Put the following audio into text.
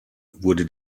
wurde